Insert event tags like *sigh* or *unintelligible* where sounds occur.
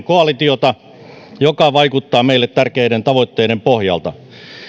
*unintelligible* koalitiota joka vaikuttaa meille tärkeiden tavoitteiden pohjalta